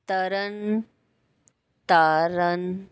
Tarn Taran